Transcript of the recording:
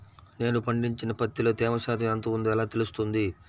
నేను పండించిన పత్తిలో తేమ శాతం ఎంత ఉందో ఎలా తెలుస్తుంది?